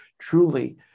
Truly